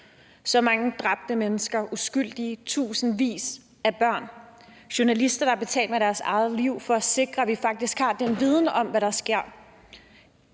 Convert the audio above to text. Så mange dræbte mennesker, uskyldige, tusindvis af børn, journalister, der har betalt med deres eget liv for at sikre, at vi faktisk har viden om, hvad der sker,